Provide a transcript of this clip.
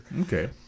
okay